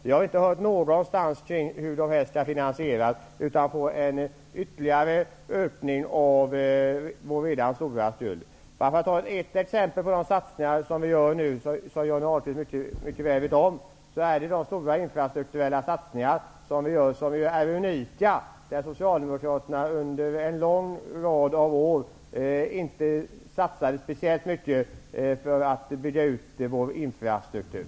Jag har inte någonstans hört hur dessa skall finansieras utan att man får en ytterligare ökning av vår redan stora skuld. Jag kan ta ett exempel på de satsningar som nu görs och som Johnny Ahlqvist mycket väl vet om. Det är de stora infrastrukturella satsningarna. De är unika. Socialdemokraterna satsade under en lång rad år inte speciellt mycket för att bygga ut vår infrastruktur.